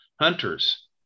hunters